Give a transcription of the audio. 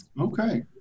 Okay